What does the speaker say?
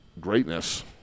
greatness